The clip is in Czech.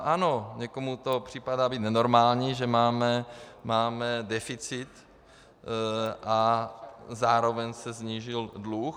Ano, někomu to připadá nenormální, že máme deficit a zároveň se snížil dluh.